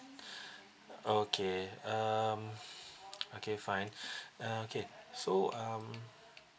okay um okay fine uh okay so um